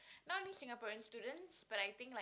not only Singaporean students but I think like